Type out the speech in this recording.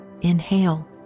inhale